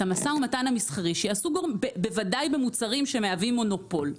את המשא ומתן המסחרי שיעשו בוודאי במוצרים שמהווים מונופול,